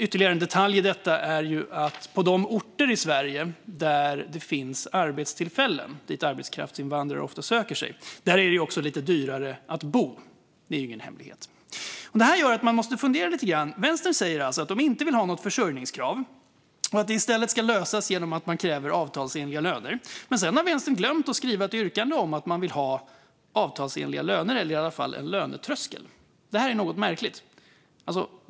Ytterligare en detalj i detta är att det på de orter i Sverige där det finns arbetstillfällen, dit arbetskraftsinvandrare ofta söker sig, också är lite dyrare att bo; det är ingen hemlighet. Detta gör att man måste fundera lite grann. Vänstern säger alltså att man inte vill ha något försörjningskrav utan att det i stället ska lösas genom att kräva avtalsenliga löner. Men sedan har Vänstern glömt att skriva ett yrkande om att man vill ha avtalsenliga löner, eller i alla fall en lönetröskel. Detta är något märkligt.